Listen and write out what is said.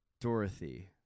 Dorothy